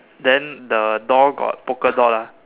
then the door got polka dot ah